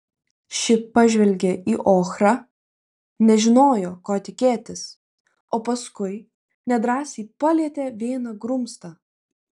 ši pažvelgė į ochrą nežinojo ko tikėtis o paskui nedrąsiai palietė vieną grumstą